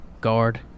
Guard